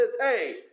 hey